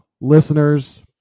listeners